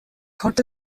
کارت